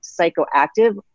psychoactive